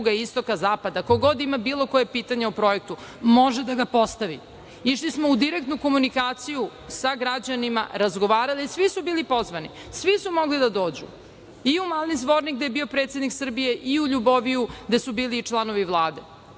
istoka, zapada, ko god ima bilo koje pitanje o tom projektu može da ga postavi. Išli smo u direktnu komunikaciju sa građanima, razgovarali, svi su bili poznati, svi mogli da dođu i u Mali Zvornik gde je bio predsednik Srbije i u Ljuboviju gde su bili članovi Vlade.